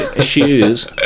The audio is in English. shoes